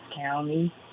County